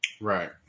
Right